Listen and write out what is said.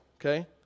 okay